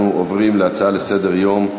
אנחנו עוברים להצעות לסדר-היום בנושא: